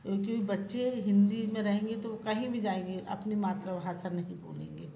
क्योंकि बच्चे हिंदी में रहेंगे तो कहीं भी जाएँगे अपनी मातृभाषा नहीं भूलेंगे